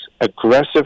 aggressive